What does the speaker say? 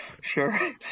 Sure